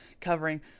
covering